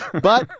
but,